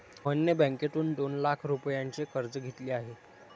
मोहनने बँकेतून दोन लाख रुपयांचे कर्ज घेतले आहे